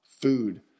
food